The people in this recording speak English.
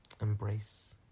embrace